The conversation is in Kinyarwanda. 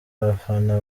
bafana